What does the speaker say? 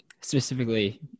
specifically